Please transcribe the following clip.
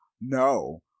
No